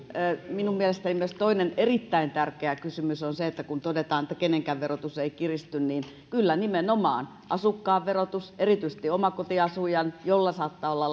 minun mielestäni myös toinen erittäin tärkeä kysymys on se että kun todetaan että kenenkään verotus ei kiristy niin kyllä kiristyy nimenomaan asukkaan verotus erityisesti omakotiasujan jolla saattaa olla